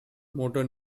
motor